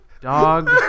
dog